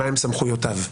מהם סמכויותיו.